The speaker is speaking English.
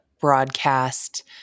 broadcast